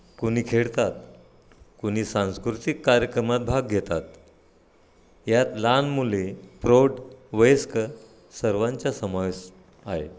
कोणी खेळतात कोणी सांस्कृतिक कार्यक्रमात भाग घेतात यात लहान मुले प्रौढ वयस्क सर्वांचा समावेश आहे